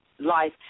life